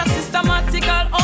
Systematical